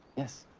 yes.